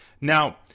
Now